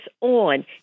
on